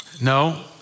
No